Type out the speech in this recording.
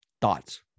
thoughts